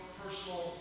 personal